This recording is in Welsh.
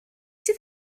sydd